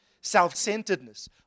self-centeredness